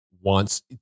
wants